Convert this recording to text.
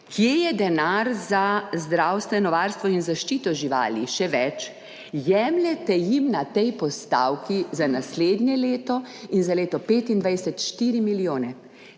Kje je denar za zdravstveno varstvo in zaščito živali? Še več, jemljete jim na tej postavki za naslednje leto in za leto 2025 4 milijone.